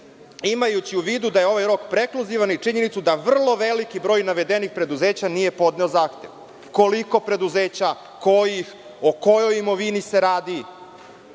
imajući u vidu da je ovaj rok prekluzivan i činjenicu da vrlo veliki broj navedenih preduzeća nije podneo zahtev. Koliko preduzeća? Kojih? O kojoj imovini se radi?